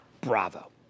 bravo